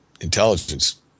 intelligence